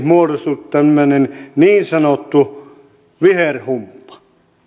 muodostunut tämmöinen niin sanottu viherhumppa